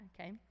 okay